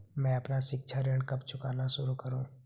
मैं अपना शिक्षा ऋण कब चुकाना शुरू करूँ?